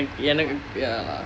எனக்கு:enakku uh